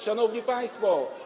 Szanowni Państwo!